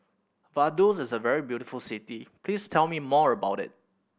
Vaduz is a very beautiful city please tell me more about it